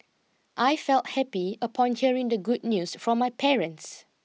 I felt happy upon hearing the good news from my parents